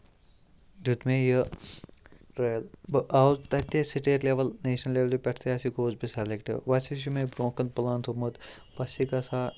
دیُت مےٚ یہِ ٹرٛایِل بہٕ آوُس تَتہِ تہِ ٲسۍ سِٹیٹ لٮ۪وَل نیشنَل لٮ۪ولہِ پٮ۪ٹھ تہِ ہاسے گوس بہٕ سَلٮ۪کٹ وۄنۍ ہاسے چھُ مےٚ برٛونٛہہ کُن پٕلان تھوٚمُت بہٕ ہاسے گژھٕ ہا